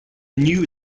new